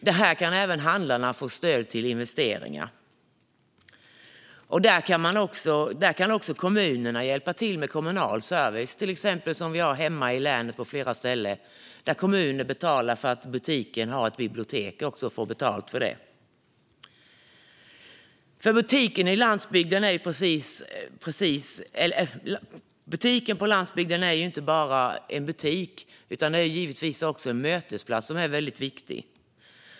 Handlarna kan även få stöd till investeringar, och där kan kommunerna hjälpa till med kommunal service, som till exempel sker hemma i mitt län på flera ställen där kommunen betalar butiken för att ha ett bibliotek. Butiken på landsbygden är inte bara en butik utan också en viktig mötesplats.